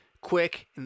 quick